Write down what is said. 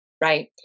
Right